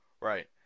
Right